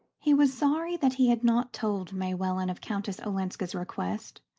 he was sorry that he had not told may welland of countess olenska's request,